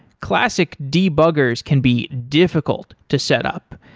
classic debuggers can be difficult to set up,